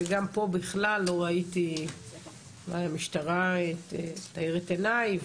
וגם פה בכלל לא ראיתי משטרה שתאיר את עיני,